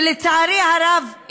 ולצערי הרב,